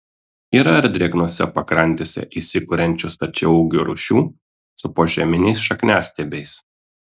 yra ir drėgnose pakrantėse įsikuriančių stačiaūgių rūšių su požeminiais šakniastiebiais